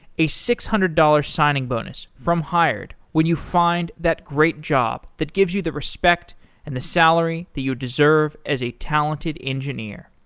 a six hundred dollars signing bonus from hired when you find that great job that gives you the respect and the salary that you deserve as a talented engineer.